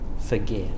forget